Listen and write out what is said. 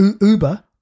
Uber